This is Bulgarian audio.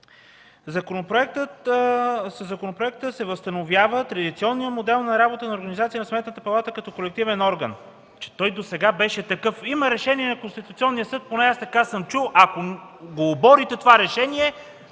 законопроекта се възстановява традиционният модел на работа, на организация на Сметната палата като колективен орган”. Че той досега беше такъв! Има решение на Конституционния съд – поне аз така съм чул. Ако оборите това решение,